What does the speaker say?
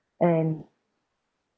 and